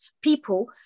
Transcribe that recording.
people